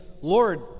Lord